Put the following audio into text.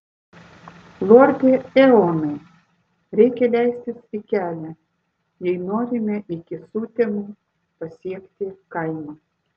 lorde eonai reikia leistis į kelią jei norime iki sutemų pasiekti kaimą